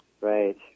Right